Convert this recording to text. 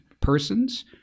persons